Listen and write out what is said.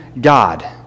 God